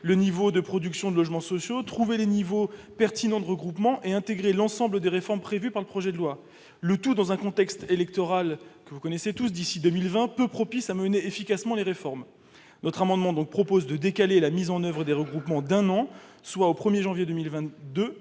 le niveau de production de logements sociaux, trouver les niveaux pertinents de regroupement, et intégrer l'ensemble des réformes prévues par le projet de loi, le tout dans un contexte électoral que vous connaissez tous et qui, d'ici à 2020, est peu propice à mener efficacement les réformes. Notre amendement a pour objet de décaler la mise en oeuvre des regroupements d'une année, au 1janvier 2022,